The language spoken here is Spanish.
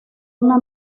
una